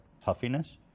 puffiness